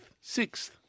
Sixth